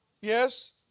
Yes